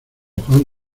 juan